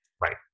Right